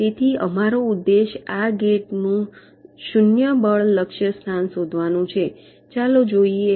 તેથી અમારો ઉદ્દેશ આ ગેટ નું 0 બળ લક્ષ્ય સ્થાન શોધવાનું છે ચાલો જોઈએ